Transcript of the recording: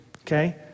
okay